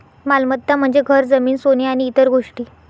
मालमत्ता म्हणजे घर, जमीन, सोने आणि इतर गोष्टी